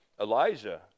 elijah